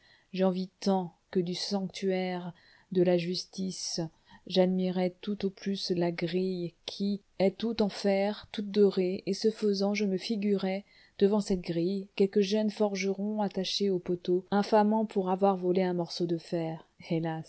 j'en vis tant que du sanctuaire de la justice j'admirai tout au plus la grille qui est toute en fer toute dorée et ce faisant je me figurai devant cette grille quelque jeune forgeron attaché au poteau infamant pour avoir volé un morceau de fer